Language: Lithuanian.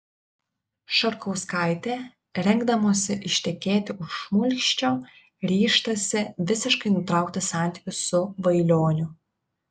šarkauskaitė rengdamosi ištekėti už šmulkščio ryžtasi visiškai nutraukti santykius su vailioniu